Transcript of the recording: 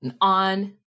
on